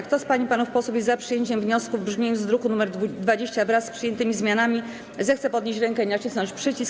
Kto z pań i panów posłów jest za przyjęciem wniosku w brzmieniu z druku nr 20, wraz z przyjętymi zmianami, zechce podnieść rękę i nacisnąć przycisk.